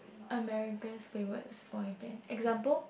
America's favourites boy band example